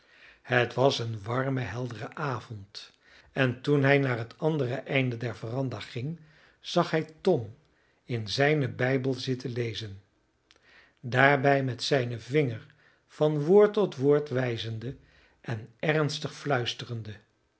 het was een warme heldere avond en toen hij naar het andere einde der veranda ging zag hij tom in zijnen bijbel zitten lezen daarbij met zijnen vinger van woord tot woord wijzende en ernstig fluisterende